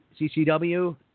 CCW